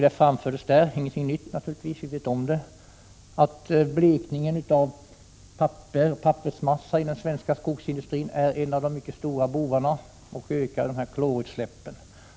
Där framhölls — det är ingenting nytt; vi vet ju redan om det — att blekning av papper och pappersmassa i den svenska skogsindustrin är en av de stora bovarna. Den ökar klorutsläppen.